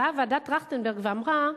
באה ועדת-טרכטנברג ואמרה: